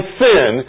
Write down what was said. sin